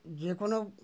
যেকোনো